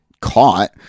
caught